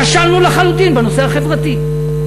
כשלנו לחלוטין בנושא החברתי.